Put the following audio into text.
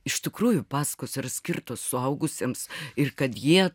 iš tikrųjų pasakos yra skirtos suaugusiems ir kad jie